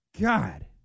God